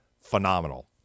phenomenal